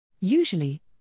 Usually